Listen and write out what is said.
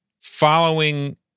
Following